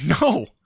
no